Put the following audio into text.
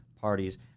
parties